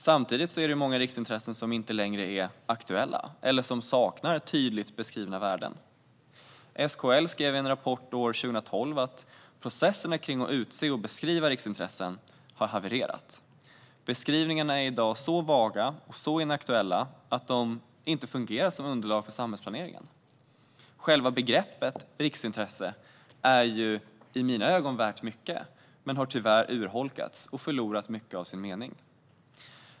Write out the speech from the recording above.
Samtidigt är många riksintressen inte längre aktuella eller saknar tydligt beskrivna värden. SKL skrev i en rapport 2012 att processerna kring att utse och beskriva riksintressen har havererat. Beskrivningarna är i dag så vaga och inaktuella att de inte fungerar som underlag för samhällsplanering. Själva begreppet riksintresse är mina ögon värt mycket men har tyvärr urholkats och förlorat mycket av sin mening.